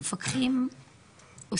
המפקחים,